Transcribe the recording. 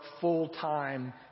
full-time